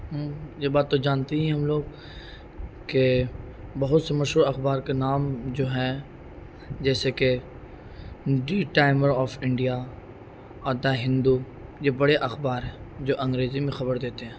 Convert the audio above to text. یہ بات تو جانتے ہی ہیں ہم لوگ کہ بہت سے مشہور اخبار کے نام جو ہیں جیسے کہ دی ٹائمر آف انڈیا اور دا ہندو یہ بڑے اخبار ہیں جو انگریزی میں خبر دیتے ہیں